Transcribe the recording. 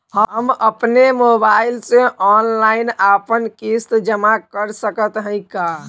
हम अपने मोबाइल से ऑनलाइन आपन किस्त जमा कर सकत हई का?